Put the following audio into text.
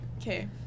okay